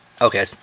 Okay